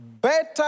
better